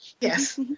Yes